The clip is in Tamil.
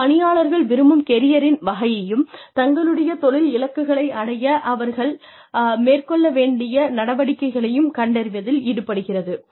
இது பணியாளர்கள் விரும்பும் கெரியரின் வகையையும் தங்களுடைய தொழில் இலக்குகளை அடைய அவர்கள் மேற்கொள்ள வேண்டிய நடவடிக்கைகளையும் கண்டறிவதில் ஈடுபடுகிறது